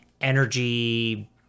energy